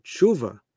tshuva